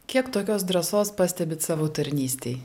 kiek tokios drąsos pastebit savo tarnystėj